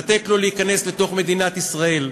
לתת לו להיכנס לתוך מדינת ישראל.